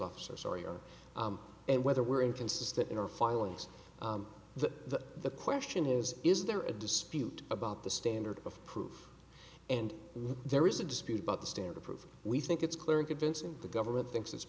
officer sorry or and whether we're into this is that in our filings the the question is is there a dispute about the standard of proof and there is a dispute about the standard of proof we think it's clear and convincing the government thinks it's